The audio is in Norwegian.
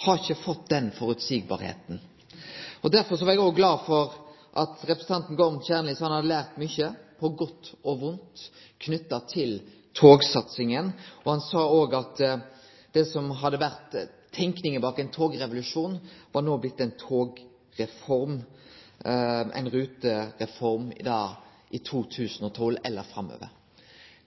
har det ikkje blitt føreseieleg. Derfor var eg òg glad for at representanten Gorm Kjernli sa han hadde lært mykje på godt og vondt knytt til togsatsinga. Han sa òg at det som hadde vore tenkinga bak ein togrevolusjon, no var blitt ei togreform, ei rutereform i 2012 eller framover.